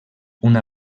una